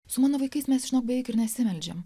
su vaikais mes žinome beveik ir nesimeldžiam